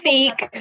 Fake